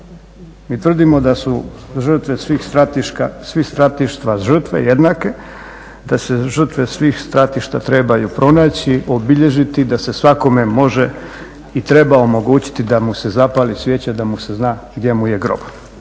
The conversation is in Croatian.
mi tvrdimo da su žrtve svih stratišta žrtve jednake, da se žrtve svih stratišta trebaju pronaći, obilježiti, da se svakome može i treba omogućiti da mu se zapali svijeća, da mu se zna gdje mu je grob.